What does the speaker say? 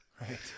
right